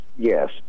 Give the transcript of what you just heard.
Yes